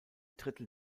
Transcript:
drittel